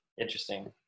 Interesting